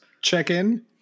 check-in